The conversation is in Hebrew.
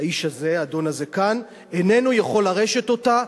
האיש הזה, האדון הזה כאן, איננו יכול לרשת אותה.